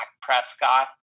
Prescott